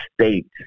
states